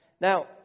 Now